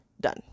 Done